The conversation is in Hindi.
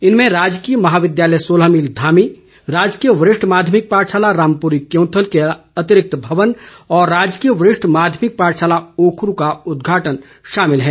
इनमें राजकीय महाविद्यालय सोलह मील धामी राजकीय वरिष्ठ माध्यभिक पाठशाला रामपुरी क्योंथल के अतिरिक्त भवन और राजकीय वरिष्ठ माध्यमिक पाठशाला ओखरू का उद्घाटन शामिल है